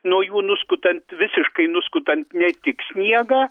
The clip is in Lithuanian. nuo jų nuskutant visiškai nuskutant ne tik sniegą